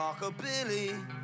rockabilly